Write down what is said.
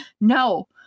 No